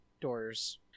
doors